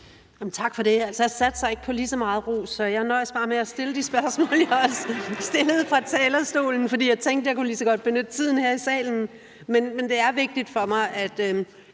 Tak for det. Altså, jeg satser ikke på at få lige så meget ros, så jeg nøjes bare med at stille de spørgsmål, jeg også stillede fra talerstolen, for jeg tænkte, at jeg lige så godt kunne benytte tiden her i salen. Det er vigtigt for mig, at